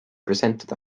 presented